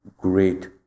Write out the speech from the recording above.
great